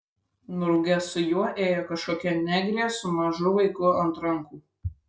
drauge su juo ėjo kažkokia negrė su mažu vaiku ant rankų